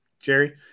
Jerry